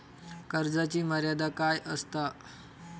कर्जाची मर्यादा काय असता?